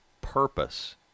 purpose